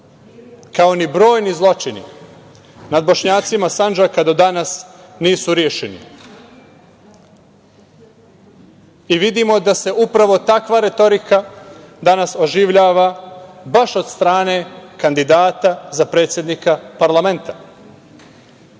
kao ni brojni zločini nad Bošnjacima Sandžaka do danas nisu rešeni. I vidimo da se upravo takva retorika danas oživljava baš od strane kandidata za predsednika parlamenta.